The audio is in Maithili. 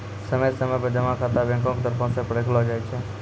समय समय पर जमा खाता बैंको के तरफो से परखलो जाय छै